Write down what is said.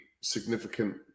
significant